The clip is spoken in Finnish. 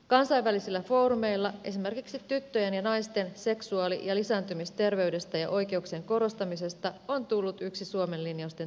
kansainvälisillä foorumeilla esimerkiksi tyttöjen ja naisten seksuaali ja lisääntymisterveydestä ja oikeuk sien korostamisesta on tullut yksi suomen linjausten tunnusmerkki